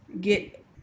get